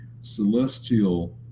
celestial